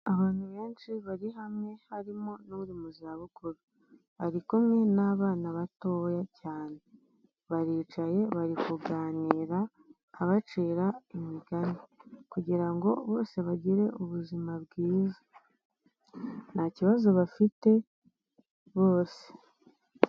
Abantu benshi bari hamwe harimo n'uri mu zabukuru, ari kumwe n'abana batoya cyane, baricaye bari kuganira abacira imigani kugira ngo bose bagire ubuzima bwiza, nta kibazo bafite bose.